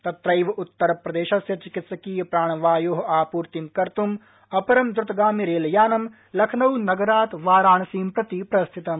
तत्रैव उत्तस्प्रदेशस्य चिकित्सकीय प्राणवायोः आपूर्ति कर्तुम् अपर द्रतगामि रेलयानम् लखनऊनगरात् वाराणसीं प्रति प्रस्थितम्